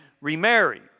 remarry